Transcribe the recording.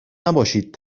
نباشید